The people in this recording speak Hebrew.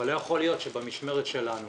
אבל לא יכול להיות שבמשמרת שלנו,